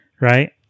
right